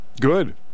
Good